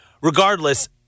regardless